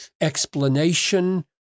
explanation